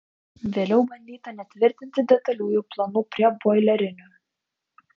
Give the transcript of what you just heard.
vėliau bandyta netvirtinti detaliųjų planų prie boilerinių